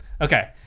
Okay